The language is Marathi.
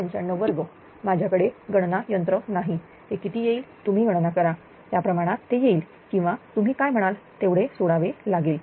952 माझ्याकडे गणना यंत्र नाही हे किती येईल तुम्ही गणना करा त्याप्रमाणात ते येईल किंवा तुम्ही काय म्हणाल तेवढे सोडावे लागेल